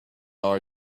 our